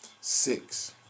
Six